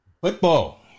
Football